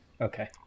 Okay